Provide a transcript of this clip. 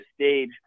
stage